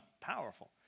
powerful